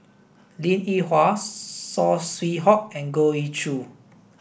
Linn In Hua Saw Swee Hock and Goh Ee Choo